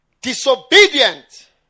disobedient